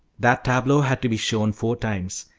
that tableau had to be shown four times,